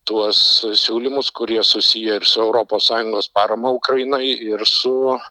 tuos siūlymus kurie susiję ir su europos sąjungos parama ukrainai ir su